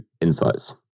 Insights